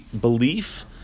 belief